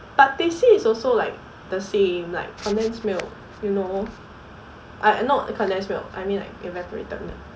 but teh c is also like the same like condensed milk you know I not condensed milk I mean like evaporated milk